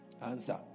Answer